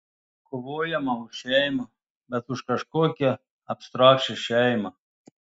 kovojama už šeimą bet už kažkokią abstrakčią šeimą